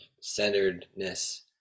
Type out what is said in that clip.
centeredness